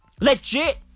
Legit